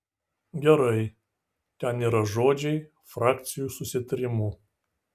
gerai ten yra žodžiai frakcijų susitarimu